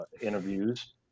interviews